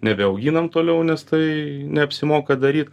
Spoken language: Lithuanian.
nebeauginam toliau nes tai neapsimoka daryt